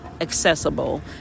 accessible